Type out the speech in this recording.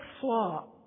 flaw